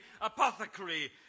apothecary